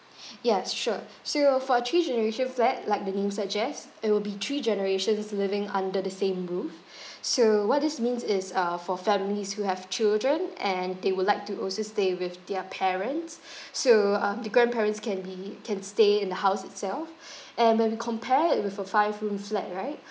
yes sure so uh for a three generation flat like the name suggests it will be three generations living under the same roof so what this means is uh for families who have children and they would like to also stay with their parents so um the grandparents can be can stay in the house itself and when we compare it with a five room flat right